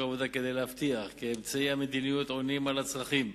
העבודה כדי להבטיח כי אמצעי המדיניות עונים על הצרכים.